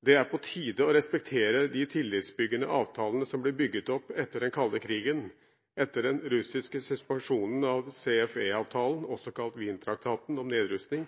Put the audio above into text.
Det er på tide å respektere de tillitsbyggende avtalene som ble bygget opp etter den kalde krigen. Etter den russiske suspensjonen av CFE-avtalen, også kalt Wien-traktaten om nedrustning,